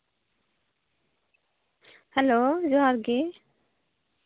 hello ᱡᱚᱦᱟᱨ ᱜᱮ